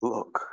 Look